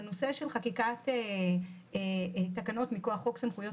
בנושא של חקיקת תקנות מכוח חוק סמכויות